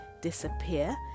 disappear